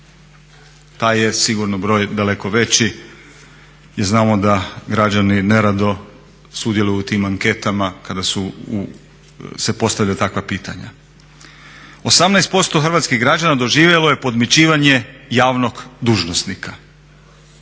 Taj je sigurno broj daleko veći i znamo da građani nerado sudjeluju u tim anketama kada se postavljaju takva pitanja. 18% hrvatskih građana doživjelo je podmićivanje javnog dužnosnika.